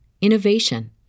innovation